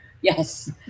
Yes